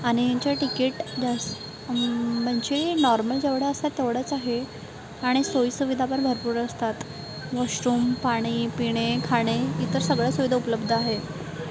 आणि यांचे तिकीट जास म्हणजे नॉर्मल जेवढे असतात तेवढंच आहे आणि सोयीसुविधा पण भरपूर असतात वॉशरूम पाणी पिणे खाणे इतर सगळे सुविधा उपलब्ध आहेत